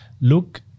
look